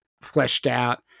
fleshed-out